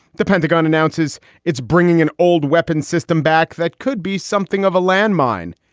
the pentagon announces it's bringing an old weapons system back. that could be something of a landmine.